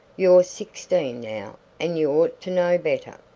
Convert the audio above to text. you're sixteen now, and you ought to know better.